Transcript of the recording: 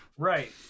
Right